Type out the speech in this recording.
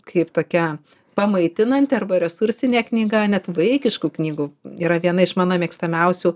kaip tokia pamaitinanti arba resursinė knyga net vaikiškų knygų yra viena iš mano mėgstamiausių